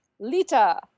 Lita